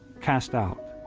cast out